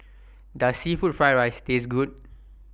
Does Seafood Fried Rice Taste Good